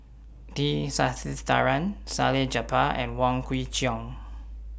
T Sasitharan Salleh Japar and Wong Kwei Cheong